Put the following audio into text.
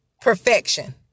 perfection